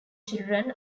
children